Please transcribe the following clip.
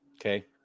Okay